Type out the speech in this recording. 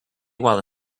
while